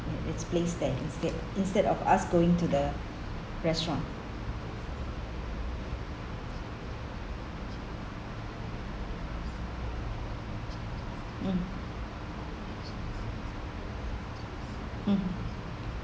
it's placed there instead instead of us going to the restaurant hmm mmhmm